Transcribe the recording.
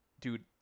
dude